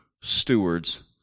stewards